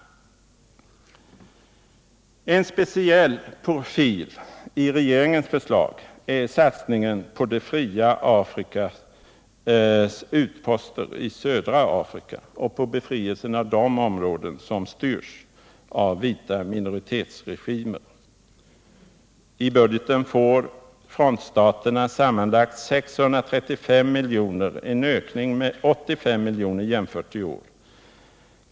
En speciell profil i regeringens förslag är satsningen på det fria Afrikas utposter i södra Afrika och på befrielsen av de områden som i dag styrs av vita minoritetsregimer. I budgeten får frontstaterna sammanlagt 635 milj.kr., en ökning med 85 milj.kr. jämfört med anslaget i år.